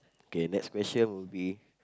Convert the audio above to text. okay next question will be